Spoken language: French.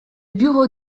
bureau